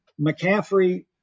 McCaffrey